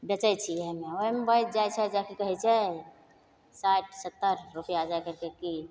बेचै छिए हमे ओहिमे बचि जाइ छै जे कि कहै छै साठि सत्तरि रुपैआ जा करिके कि